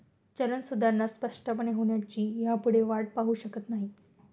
चलन सुधारणा स्पष्टपणे होण्याची ह्यापुढे वाट पाहु शकत नाही